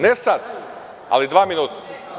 Ne sad, ali dva minuta.